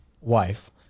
wife